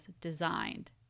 designed